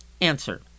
Answer